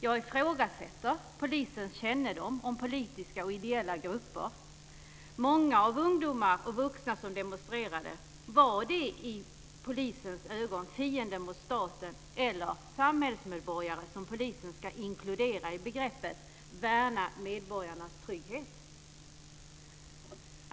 Jag ifrågasätter polisens kännedom om politiska och ideella grupper. Många ungdomar och vuxna som demonstrerade, var de i polisens ögon fiender mot staten eller samhällsmedborgare som polisen ska inkludera i begreppet värna medborgarnas trygghet?